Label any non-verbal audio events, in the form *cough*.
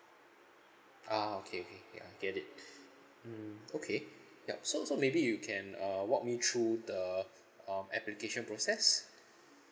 ah okay okay okay I get it *breath* mm okay *breath* yup so so maybe you can err walk me through the *breath* um application process